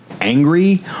angry